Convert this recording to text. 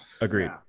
Agreed